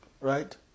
Right